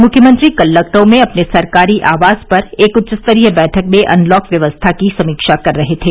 मुख्यमंत्री कल लखनऊ में अपने सरकारी आवास पर एक उच्चस्तरीय बैठक में अनलॉक व्यवस्था की समीक्षा कर रहे थे